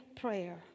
prayer